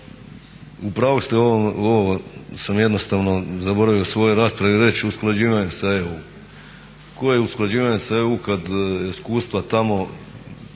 U pravu ste ovo sam jednostavno zaboravio u svojoj raspravi reći usklađivanje sa EU. Koje usklađivanje sa EU kada iskustva tamo